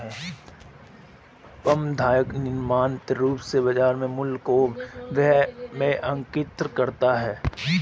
प्रबंधक नियमित रूप से बाज़ार मूल्य को बही में अंकित करता है